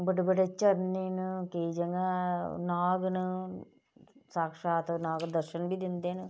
बड्डे बड्डे झरने न केईं जगह् नाग न साक्शात नाग दर्शन बी दिंदे न